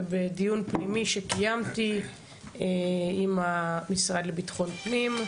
ובדיון פנימי שקיימתי עם המשרד לביטחון הפנים,